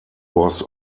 was